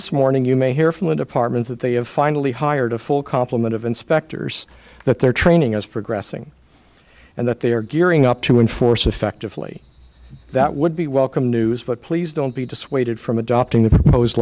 this morning you may hear from the department that they have finally hired a full complement of inspectors that their training is progressing and that they are gearing up to enforce effectively that would be welcome news but please don't be dissuaded from adopting the proposed